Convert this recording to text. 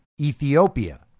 Ethiopia